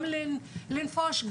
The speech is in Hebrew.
גם לנפוש,